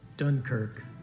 Dunkirk